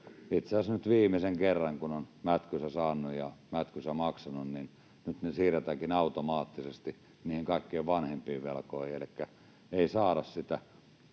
Itse asiassa nyt, kun on viimeisen kerran mätkynsä saanut ja mätkynsä maksanut, ne siirretäänkin automaattisesti niihin kaikkein vanhimpiin velkoihin, elikkä ei saada sitä